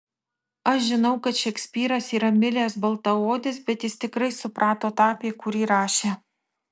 aš žinau kad šekspyras yra miręs baltaodis bet jis tikrai suprato tą apie kurį rašė